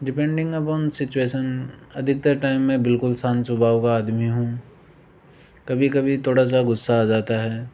depending upon situation अधिकतर time मैं बिलकुल शांत स्वभाव का आदमी हूँ कभी कभी थोड़ा सा गुस्सा आ जाता है